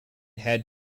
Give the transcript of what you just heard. had